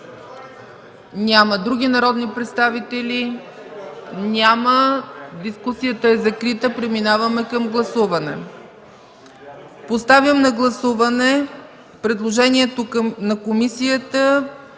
Няма. Други народни представители? Няма. Дискусията е закрита. Преминаваме към гласуване. Поставям на гласуване предложението на комисията